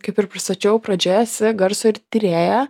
kaip ir pristačiau pradžioje esi garso ir tyrėja